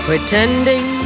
Pretending